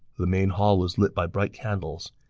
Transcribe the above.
the main hall was lit by bright candles.